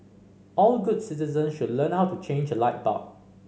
all good citizen should learn how to change a light bulb